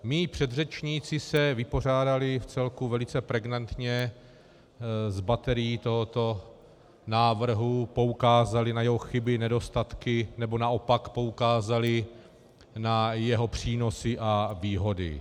Mí předřečníci se vypořádali vcelku velice pregnantně s baterií tohoto návrhu, poukázali na jeho chyby, nedostatky, nebo naopak poukázali na jeho přínosy a výhody.